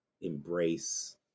embrace